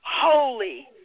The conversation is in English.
holy